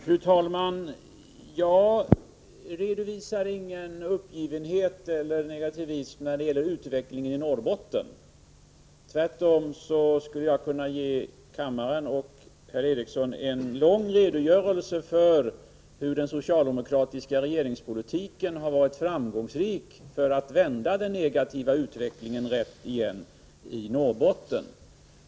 Fru talman! Jag redovisar ingen uppgivenhet eller negativism när det gäller utvecklingen i Norrbotten. Tvärtom skulle jag kunna ge kammaren och Per-Ola Eriksson en lång redogörelse för hur den socialdemokratiska politiken har varit framgångsrik när det gällt att vända den negativa utvecklingen i rätt riktning igen i Norrbotten.